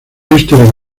histórico